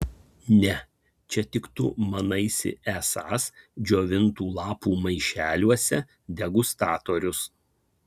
ne čia tik tu manaisi esąs džiovintų lapų maišeliuose degustatorius